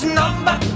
number